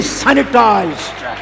sanitized